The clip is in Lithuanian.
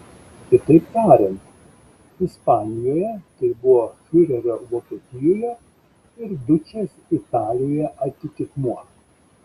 kitaip tariant ispanijoje tai buvo fiurerio vokietijoje ir dučės italijoje atitikmuo